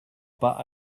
pas